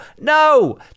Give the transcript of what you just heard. No